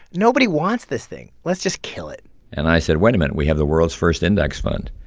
nobody wants this thing. let's just kill it and i said wait a minute. we have the world's first index fund.